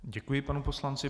Děkuji panu poslanci.